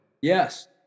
Yes